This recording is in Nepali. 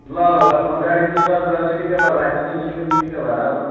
ल ल ल म गाडी पुछपाछ गरेर चिटिक्कै पारेर राख्छु नि तिमी पनि चिटिक्कै भएर आऊ न